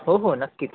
हो हो नक्कीच